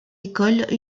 école